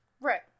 Right